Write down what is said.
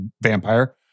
vampire